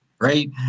right